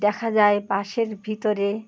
দেখা যায় বাসের ভিতরে